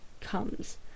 comes